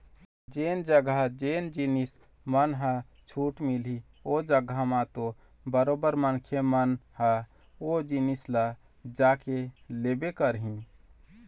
जेन जघा जेन जिनिस मन ह छूट मिलही ओ जघा म तो बरोबर मनखे मन ह ओ जिनिस ल जाके लेबे करही